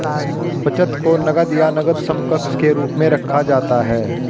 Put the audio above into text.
बचत को नकद या नकद समकक्ष के रूप में रखा जाता है